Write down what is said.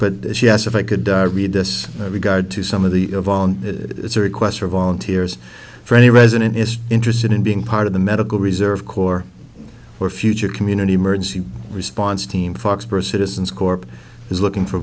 but she asked if i could read this regard to some of the yvonne requests for volunteers for any resident is interested in being part of the medical reserve corps or future community emergency response team foxborough citizens corp is looking for